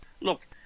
look